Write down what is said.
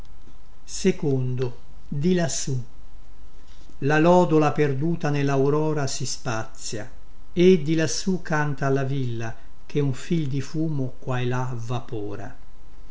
di lassù la lodola perduta nellaurora si spazia e di lassù canta alla villa che un fil di fumo qua e là vapora di